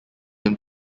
him